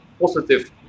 positive